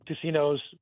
casinos